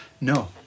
No